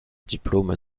diplôme